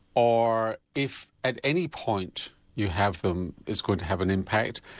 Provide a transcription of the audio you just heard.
or if at any point you have them it's going to have an impact?